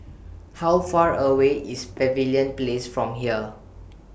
How Far away IS Pavilion Place from here